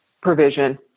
provision